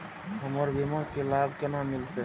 हमर बीमा के लाभ केना मिलते?